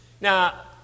Now